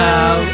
Now